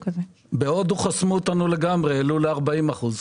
בהודו חסמו אותנו לגמרי, העלו את המס ל-40%.